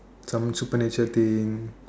from supernatural thing